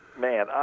Man